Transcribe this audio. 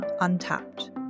untapped